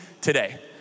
today